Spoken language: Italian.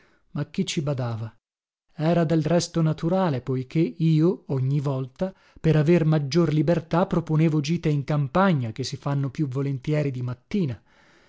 ma chi ci badava era del resto naturale poiché io ogni volta per aver maggior libertà proponevo gite in campagna che si fanno più volentieri di mattina